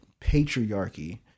patriarchy